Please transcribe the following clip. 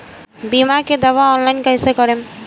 बीमा के दावा ऑनलाइन कैसे करेम?